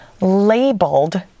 labeled